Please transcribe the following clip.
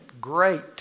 Great